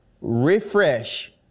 refresh